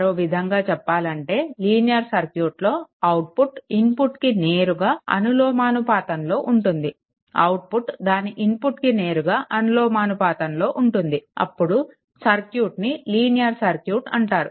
మరో విధంగా చెప్పాలి అంటే లీనియర్ సర్క్యూట్లో అవుట్పుట్ ఇన్పుట్కి నేరుగా అనులోమానుపాతంలో ఉంటుంది అవుట్పుట్ దాని ఇన్పుట్కు నేరుగా అనులోమానుపాతంలో ఉంటుంది అప్పుడు సర్క్యూట్ను లీనియర్ సర్క్యూట్ అంటారు